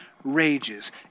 rages